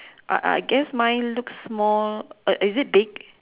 I I guess my looks more uh is it big